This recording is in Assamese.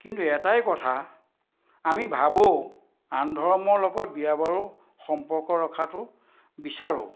কিন্তু এটাই কথা আমি ভাবোঁ আন ধৰ্মৰ লগত বিয়া বাৰু সম্পৰ্ক ৰখাটো বিচাৰোঁ